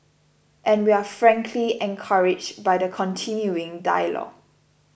and we're frankly encouraged by the continuing dialogue